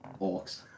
orcs